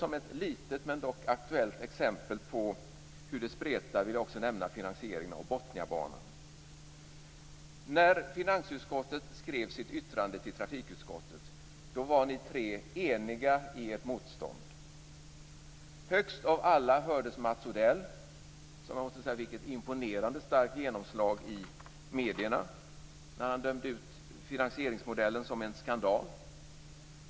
Som ett litet men dock aktuellt exempel på hur det spretar vill jag nämna finansieringen av Botniabanan. När finansutskottet skrev sitt yttrande till trafikutskottet var ni tre eniga i ert motstånd. Högst av alla hördes Mats Odell, som fick ett imponerande starkt genomslag i medierna när han dömde ut finansieringsmodellen som en skandal.